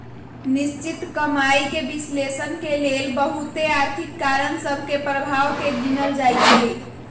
निश्चित कमाइके विश्लेषण के लेल बहुते आर्थिक कारण सभ के प्रभाव के गिनल जाइ छइ